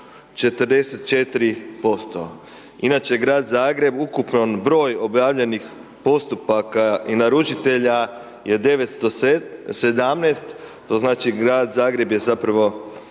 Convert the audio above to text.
44%. Inače Grad Zagreb, ukupan broj objavljenih postupaka i naručitelja je 917 to znači Grad Zagreb je zapravo,